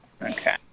Okay